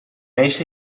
eixe